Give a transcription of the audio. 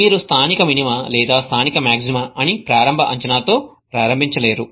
మీరు స్థానిక మినిమా లేదా స్థానిక మాగ్జిమా అని ప్రారంభ అంచనాతో ప్రారంభించలేరు